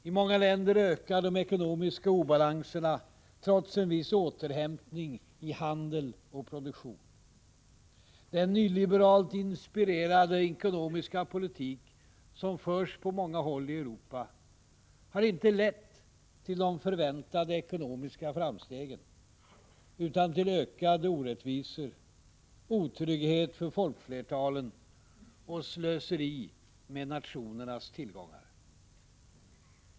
I många länder ökar de ekonomiska obalanserna trots en viss återhämtning i handel och produktion. Den nyliberalt inspirerade ekonomiska politik som förs på många håll i Europa har inte lett till de förväntade ekonomiska framstegen, utan till ökade orättvisor, otrygghet för folkflertalen och slöseri med nationernas tillgångar.